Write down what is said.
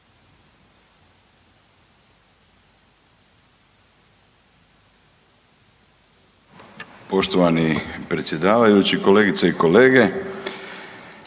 Poštovani predsjedavajući, kolegice i kolege